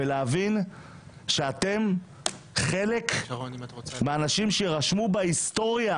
ולהבין שאתם חלק מהאנשים שיירשמו בהיסטוריה